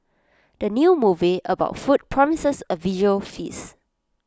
the new movie about food promises A visual feast